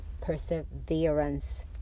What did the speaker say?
perseverance